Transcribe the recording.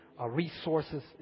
resources